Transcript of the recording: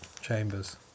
chambers